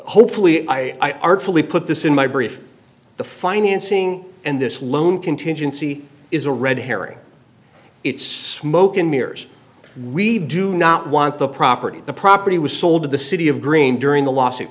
hopefully i fully put this in my brief the financing and this one contingency is a red herring it's smoke and mirrors we do not want the property the property was sold to the city of green during the lawsuit